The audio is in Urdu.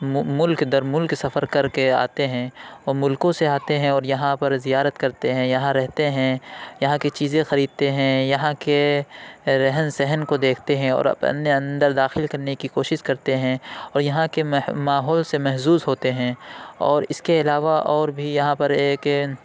ملک در ملک سفر کر کے آتے ہیں اور ملکوں سے آتے ہیں اور یہاں پر زیارت کرتے ہیں یہاں رہتے ہیں یہاں کی چیزیں خریدتے ہیں یہاں کے رہن سہن کو دیکھتے ہیں اور اپنے اندر داخل کرنے کو کوشش کرتے ہیں اور یہاں کے ماحول سے محظوظ ہوتے ہیں اور اس کے علاوہ اور بھی یہاں پر ایک